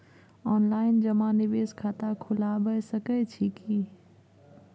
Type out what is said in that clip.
Online जमा निवेश खाता खुलाबय सकै छियै की?